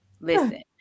listen